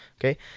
okay